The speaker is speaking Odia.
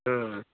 ହଁ